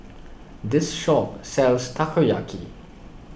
this shop sells Takoyaki